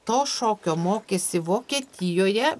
to šokio mokėsi vokietijoje